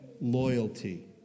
loyalty